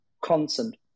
constant